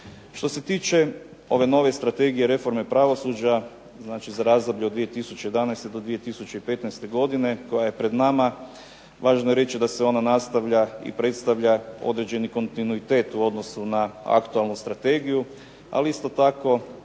Što se tiče ove nove strategije reforme pravosuđa, znači za razdoblje od 2011. do 2015. godine koja je pred nama, važno je reći da se ona nastavlja i predstavlja određeni kontinuitet u odnosu na aktualnu strategiju, ali isto tako